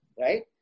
right